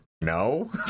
no